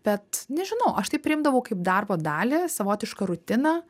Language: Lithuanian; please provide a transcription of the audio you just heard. bet nežinau aš tai priimdavau kaip darbo dalį savotišką rutiną